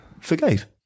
forgave